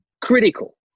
Critical